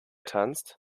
tanzt